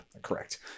Correct